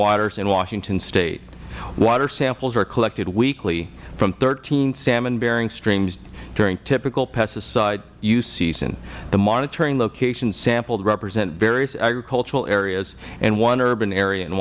waters in washington state water samples are collected weekly from thirteen salmon bearing streams during typical pesticide use season the monitoring locations sampled represent various agricultural areas and one urban area in